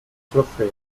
trofeo